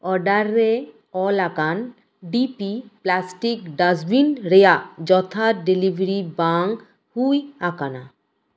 order ᱨᱮ ᱚᱞᱟᱠᱟᱱ D P plastic dustbin ᱨᱮᱭᱟᱜ ᱡᱚᱛᱷᱟᱛ ᱰᱮᱞᱤᱵᱷᱟᱨᱤ ᱵᱟᱝ ᱦᱳᱭ ᱟᱠᱟᱱᱟ